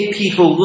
people